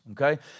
okay